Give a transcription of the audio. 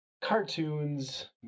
Cartoons